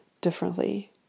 differently